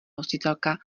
hostitelka